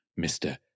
Mr